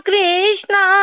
Krishna